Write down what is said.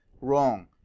Wrong